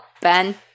Ben